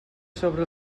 sobre